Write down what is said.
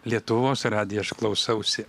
lietuvos radiją aš klausausi